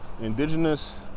Indigenous